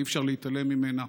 אי-אפשר להתעלם ממנה,